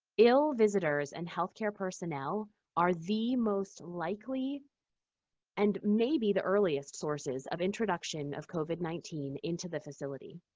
ill visitors and healthcare personnel are the most likely and maybe the earliest sources of introduction of covid nineteen into the facility.